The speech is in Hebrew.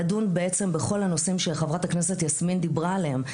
לדון בעצם בכל הנושאים שחברת הכנסת יסמין דיברה עליהם.